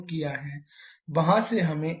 वहां से हमें तापमान T4 मिला है